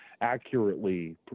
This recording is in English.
accurately